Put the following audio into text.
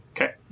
Okay